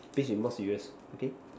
please be more serious okay